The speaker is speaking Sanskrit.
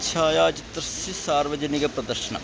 छायाचित्रस्य सार्वजनिकप्रदर्शनम्